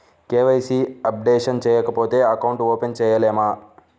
KYC updation చేయకపోతే account open చేయలేమా?